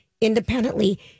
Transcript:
independently